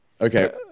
Okay